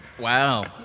Wow